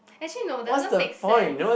actually no doesn't make sense